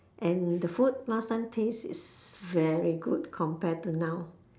and the food last time taste is very good compared to now